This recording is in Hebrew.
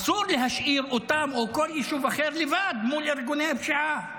אסור להשאיר אותם או כל יישוב אחר לבד מול ארגוני הפשיעה,